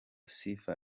sifa